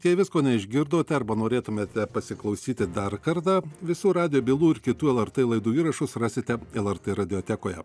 jei viskuo neišgirdote arba norėtumėte pasiklausyti dar kartą visų radijo bylų ir kitų lrt laidų įrašus rasite lrt radiotekoje